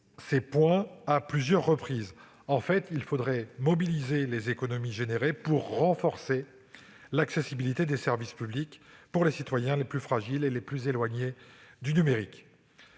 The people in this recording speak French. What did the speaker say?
ces points à plusieurs reprises. Il faudrait en réalité mobiliser le produit des économies réalisées pour renforcer l'accessibilité des services publics aux citoyens les plus fragiles et les plus éloignés du numérique.